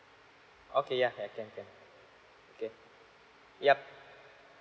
okay yeah yeah can can K yup